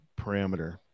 parameter